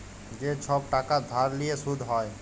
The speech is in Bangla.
যে ছব টাকা ধার লিঁয়ে সুদ হ্যয়